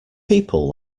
people